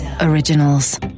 originals